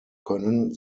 können